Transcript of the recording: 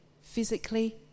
physically